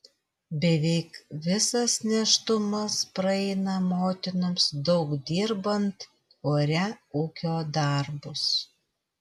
beveik visas nėštumas praeina motinoms daug dirbant ore ūkio darbus